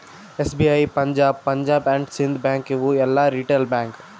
SBI, Punjab, Punjab and Sind bank ಇವು ಎಲ್ಲಾ retail bank